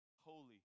holy